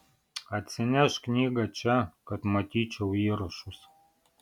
atsinešk knygą čia kad matyčiau įrašus